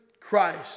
Christ